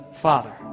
Father